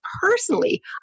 personally